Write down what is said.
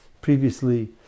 previously